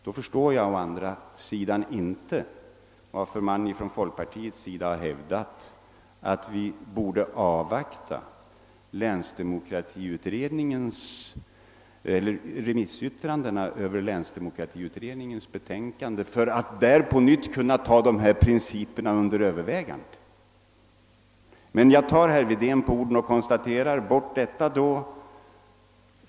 Då förstår jag å andra sidan inte varför man från folkpartiets sida har hävdat att vi borde avvakta remissyttrandena över länsdemokratiutredningens betänkande för att därefter på nytt ta dessa principer under övervägande. Men jag tar herr Wedén på orden och konstaterar att detta är en missuppfattning.